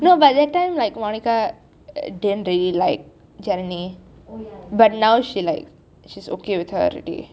no but that time like monica didn't really like janani but now she like she is okay with her already